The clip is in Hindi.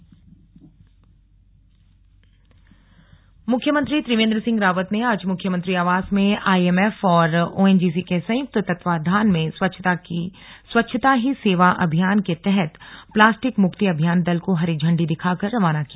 स्लग मुख्यमंत्री मुख्यमंत्री त्रिवेन्द्र सिंह रावत ने आज मुख्यमंत्री आवास में आईएमएफ और ओएनजीसी के संयुक्त तत्वाधान में स्वच्छता ही सेवा अभियान के तहत प्लास्टिक मुक्ति अभियान दल को हरी झंडी दिखाकर रवाना किया